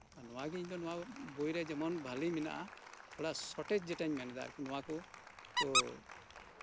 ᱱᱚᱣᱟ ᱜᱮ ᱤᱧ ᱫᱚ ᱡᱮᱢᱚᱱ ᱱᱚᱣᱟ ᱵᱳᱭ ᱨᱮ ᱵᱷᱟᱞᱤ ᱢᱮᱱᱟᱜᱼᱟ ᱚᱱᱟ ᱥᱚᱴᱷᱤᱠ ᱡᱮᱴᱟᱧ ᱢᱮᱱᱮᱫᱟ ᱱᱚᱣᱟ ᱠᱚ